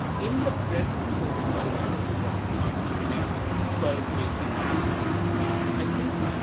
in the present covid era that we are talking about which is the next twelve eighteen months i think